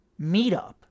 meetup